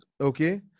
Okay